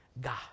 God